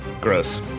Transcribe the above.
Gross